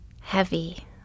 heavy